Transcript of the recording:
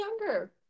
younger